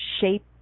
shape